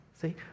see